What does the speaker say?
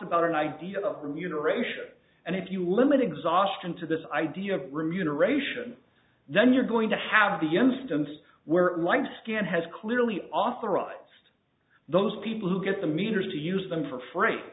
about an idea of remuneration and if you limit exhaustion to this idea of remuneration then you're going to have the instance where light skin has clearly authorized those people who get the meters to use them for free